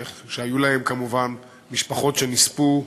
שהיו להם כמובן משפחות שנספו,